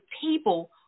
people